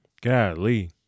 Golly